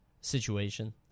situation